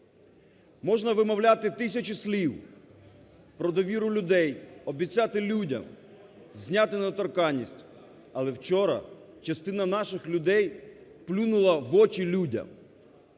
Можна вимовляти тисячі слів про довіру людей, обіцяти людям зняти недоторканність, але вчора частина наших людей плюнула в очі людям.